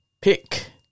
pick